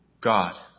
God